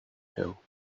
hill